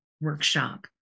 workshop